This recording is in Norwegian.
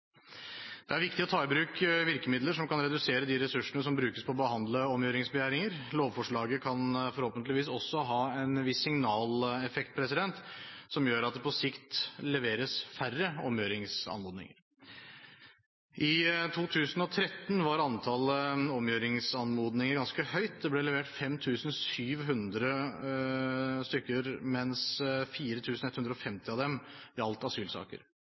Det er viktig å ta i bruk virkemidler som kan redusere de ressursene som brukes på å behandle omgjøringsbegjæringer. Lovforslaget kan forhåpentligvis også ha en viss signaleffekt, som gjør at det på sikt leveres færre omgjøringsanmodninger. I 2013 var antallet omgjøringsanmodninger ganske høyt. Det ble levert 5 700 stykker. 4 150 av dem gjaldt asylsaker.